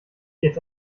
jetzt